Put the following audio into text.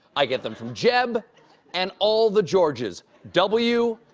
i get them from jeb and all the georges, w,